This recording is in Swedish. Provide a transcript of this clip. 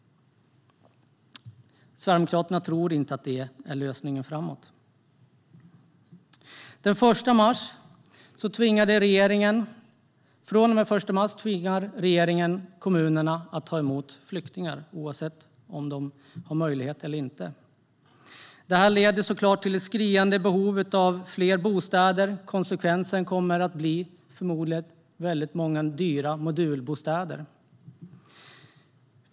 Sverigedemokraterna tror inte att det är lösningen framöver. Från och med den 1 mars tvingar regeringen kommunerna att ta emot flyktingar, oavsett om de har möjlighet till det eller inte. Det leder såklart till att det blir ett skriande behov av fler bostäder. Konsekvensen kommer förmodligen att bli många dyra modulbostäder.